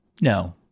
No